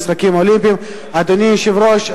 כי זה נתון לסמכותו של היושב-ראש,